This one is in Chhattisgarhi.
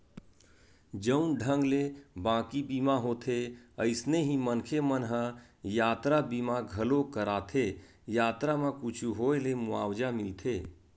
जउन ढंग ले बाकी बीमा होथे अइसने ही मनखे मन ह यातरा बीमा घलोक कराथे यातरा म कुछु होय ले मुवाजा मिलथे